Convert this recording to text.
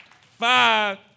five